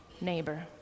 neighbor